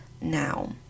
now